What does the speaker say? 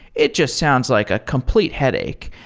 it just sounds like a complete headache.